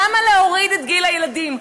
למה להוריד את גיל הילדים?